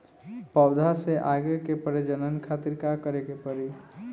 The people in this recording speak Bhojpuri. पौधा से आगे के प्रजनन खातिर का करे के पड़ी?